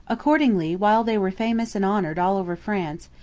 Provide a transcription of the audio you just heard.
accordingly, while they were famous and honoured all over france,